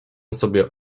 sobie